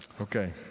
Okay